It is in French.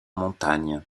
montagne